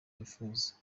bifuza